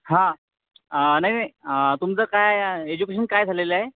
हां नाही नाही तुमचं काय एज्युकेशन काय झालेलं आहे